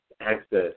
access